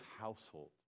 household